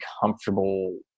comfortable